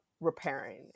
repairing